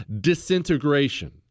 disintegration